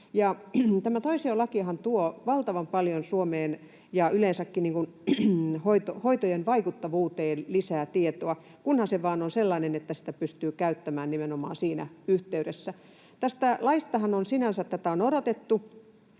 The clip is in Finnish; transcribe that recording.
tämä toisiolakihan tuo valtavan paljon Suomeen ja yleensäkin hoitojen vaikuttavuuteen lisää tietoa, kunhan se vain on sellainen, että sitä pystyy käyttämään nimenomaan siinä yhteydessä. Tätä lakiahan on sinänsä odotettu.